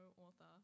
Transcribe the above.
author